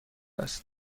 است